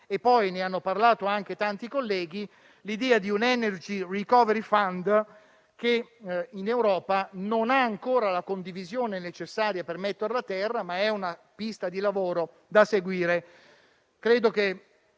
E poi - ne hanno parlato anche tanti colleghi - c'è l'idea di un *energy recovery fund* che in Europa non ha ancora la condivisione necessaria per essere messo a terra, ma è una pista di lavoro da seguire.